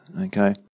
okay